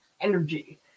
energy